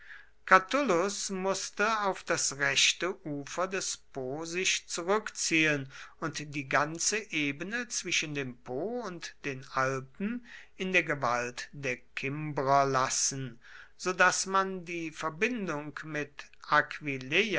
catulus mußte auf das rechte ufer des po sich zurückziehen und die ganze ebene zwischen dem po und den alpen in der gewalt der kimbrer lassen so daß man die verbindung mit